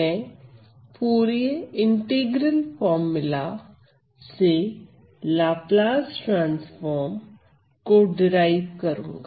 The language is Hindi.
मैं फूरिये इंटीग्रल फार्मूला से लाप्लास ट्रांसफार्म को डीराइव करूंगा